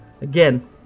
Again